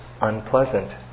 unpleasant